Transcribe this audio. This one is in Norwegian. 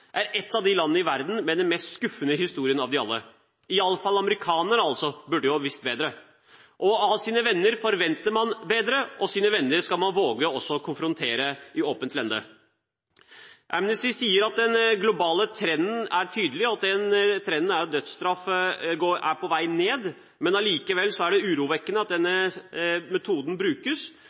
en venn av – er et av de landene i verden med den mest skuffende historien av dem alle. Iallfall amerikanerne burde jo ha visst bedre. Av sine venner forventer man bedre, og sine venner skal man også våge å konfrontere i åpent lende. Amnesty sier at den globale trenden er tydelig, og at trenden er at bruken av dødsstraff er på vei ned, men allikevel er det urovekkende at denne metoden